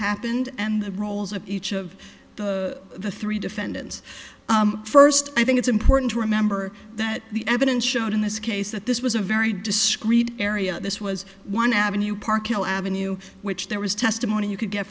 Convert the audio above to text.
happened and the roles of each of the three defendants first i think it's important to remember that the evidence showed in this case that this was a very discreet area this was one avenue parkhill avenue which there was testimony you could get